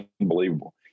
unbelievable